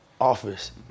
office